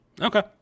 Okay